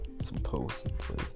supposedly